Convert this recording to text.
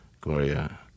Gloria